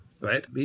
right